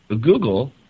Google